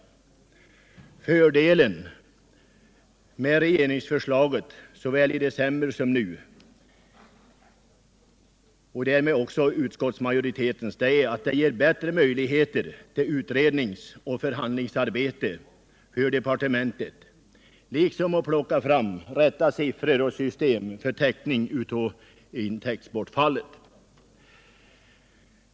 Fördelen med regeringsförslaget såväl i december som nu — och därmed också utskottsmajoritetens — är att det i förhållande till reservationen ger bättre möjligheter till utredningsoch förhandlingsarbete för departementet liksom för att plocka fram rätta siffror och system för täckning av intäktsbortfallet.